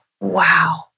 wow